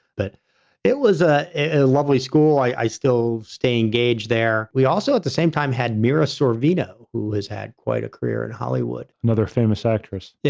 but it was ah a lovely school, i still stay engaged there. we also at the same time had mira sorvino, who has had quite a career in hollywood. another famous actress. yeah